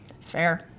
fair